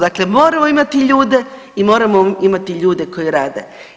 Dakle, moramo imati ljude i moramo imati ljude koji rade.